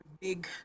big